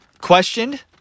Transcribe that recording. Questioned